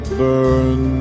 burn